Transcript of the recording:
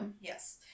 Yes